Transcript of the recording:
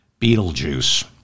Beetlejuice